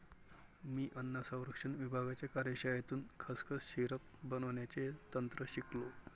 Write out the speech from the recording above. मी अन्न संरक्षण विभागाच्या कार्यशाळेतून खसखस सिरप बनवण्याचे तंत्र शिकलो